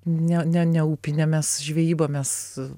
ne ne ne upine mes žvejyba mes